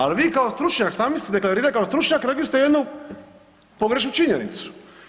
Al vi kao stručnjak, sami ste se deklarirali kao stručnjak rekli ste jednu pogrešnu činjenicu.